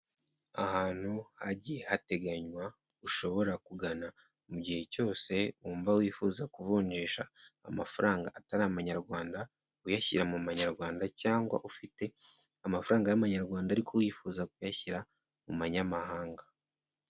Ahantu hagiye hateganywa, ushobora kugana mu gihe cyose wumva wifuza kuvunjisha amafaranga atari amanyarwanda, uyashyira mu manyarwanda cyangwa ufite amafaranga y'amanyarwanda ariko wifuza kuyashyira mu manyamahanga.